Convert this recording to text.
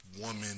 Woman